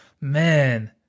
Man